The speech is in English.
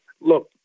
look